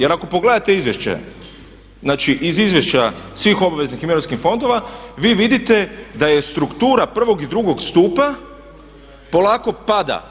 Jer ako pogledate izvješće, znači iz izvješća svih obveznih i mirovinskih fondova vi vidite da je struktura prvog i drugo stupa polako pada.